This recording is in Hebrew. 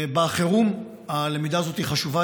בחירום הלמידה הזאת חשובה,